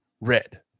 red